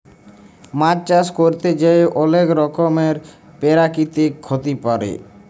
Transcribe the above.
মাছ চাষ ক্যরতে যাঁয়ে অলেক রকমের পেরাকিতিক ক্ষতি পারে